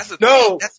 No